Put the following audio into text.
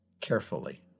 carefully